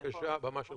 בבקשה, הבמה שלך.